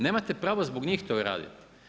Nemate pravo zbog njih to raditi.